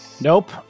Nope